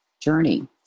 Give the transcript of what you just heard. journey